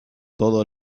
todo